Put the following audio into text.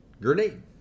grenade